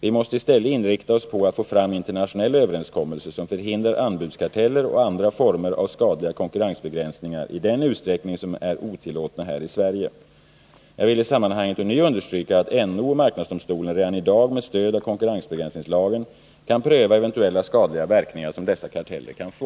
Vi måste i stället inrikta oss på att få fram internationella överenskommelser som förhindrar anbudskarteller och andra former av skadliga konkurrensbegränsningar i den utsträckning som deärotillåtna här i Sverige. Jag vill i sammanhanget ånyo understryka att NO och marknadsdomstolen redan i dag med stöd av konkurrensbegränsningslagen kan pröva eventuella skadliga verkningar som dessa karteller kan få.